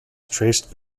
traced